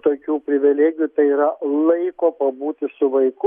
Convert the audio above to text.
tokių privilegijų tai yra laiko pabūti su vaiku